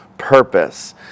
purpose